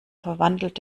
verwandelt